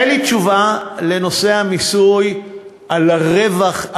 אין לי תשובה לנושא המיסוי על הרווח,